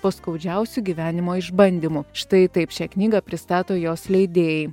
po skaudžiausių gyvenimo išbandymų štai taip šią knygą pristato jos leidėjai